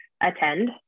attend